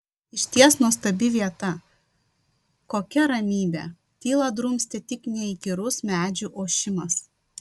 išties nuostabi vieta kokia ramybė tylą drumstė tik neįkyrus medžių ošimas